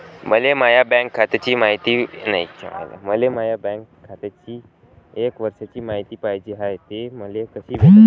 मले माया बँक खात्याची एक वर्षाची मायती पाहिजे हाय, ते मले कसी भेटनं?